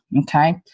okay